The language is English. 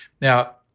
Now